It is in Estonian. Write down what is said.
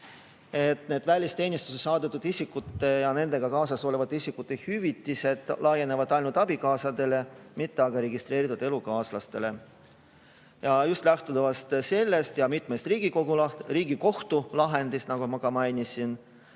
et need välisteenistusse saadetud isikutega kaasasolevate isikute hüvitised laienevad ainult abikaasadele, mitte aga registreeritud elukaaslastele. Ja just lähtuvalt sellest ja mitmest Riigikohtu lahendist, nagu ma ka mainisin,